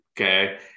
Okay